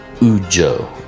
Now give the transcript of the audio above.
Ujo